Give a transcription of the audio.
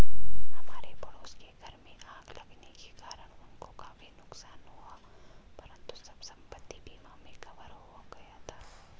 हमारे पड़ोस के घर में आग लगने के कारण उनको काफी नुकसान हुआ परंतु सब संपत्ति बीमा में कवर हो गया था